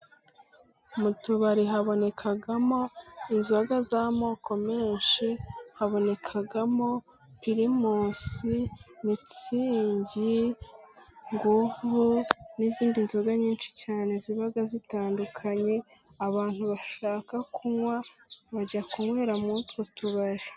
Mu tubari habonekamo inzoga z'amoko menshi habonekamo: pirimusi mitsingi ,nguvu n'izindi nzoga nyinshi cyane ziba zitandukanye. Abantu bashaka kunywa, bajya kunywera muri utwo tubari.